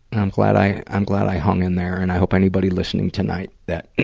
i'm glad i, i'm glad i hung in there. and i hope anybody listening tonight that